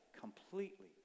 completely